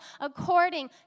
according